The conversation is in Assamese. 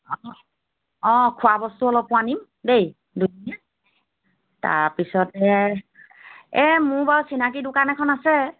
অ খোৱাবস্তু অলপো আনিম দেই দুয়োজনীয়ে তাৰপিছতে এই মোৰ বাৰু চিনাকী দোকান এখন আছে